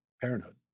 parenthood